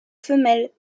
femelle